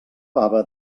baba